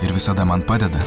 ir visada man padeda